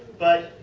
but,